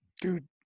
dude